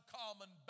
common